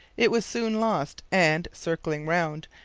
it was soon lost and, circling round,